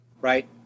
right